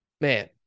man